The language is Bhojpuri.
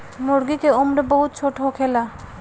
मूर्गी के उम्र बहुत छोट होखेला